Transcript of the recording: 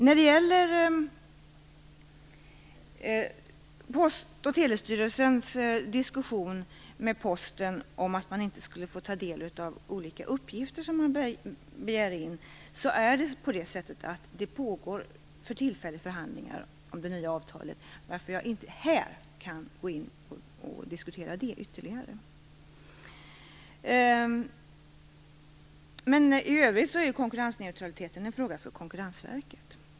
När det gäller Post och telestyrelsens diskussion med Posten om att man inte skulle få ta del av olika uppgifter som begärs in vill jag säga att det för tillfället pågår förhandlingar om det nya avtalet, varför jag inte här kan gå in på ytterligare diskussioner om det. I övrigt är konkurrensneutraliteten en fråga för Konkurrensverket.